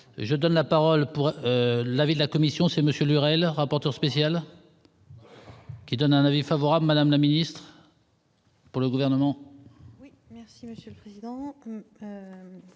je donne la parole pour l'avis de la commission c'est Monsieur Lurel rapporteur spécial. Qui est un avis favorable, Madame la Ministre. Pour le gouvernement. Merci monsieur le président